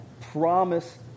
promise